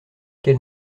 quel